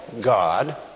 God